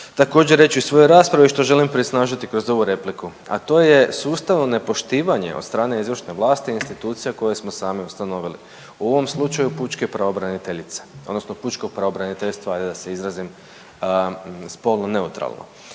također reći u svojoj raspravi što želim prisnažiti kroz ovu repliku, a to je sustavno nepoštivanje od strane izvršne vlasti i institucija koje smo sami ustanovili u ovom slučaju pučke pravobraniteljice odnosno pučkog pravobraniteljstva, ajde da se izrazim spolno neutralno.